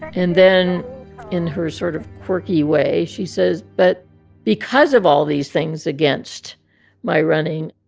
and then in her sort of quirky way, she says, but because of all these things against my running,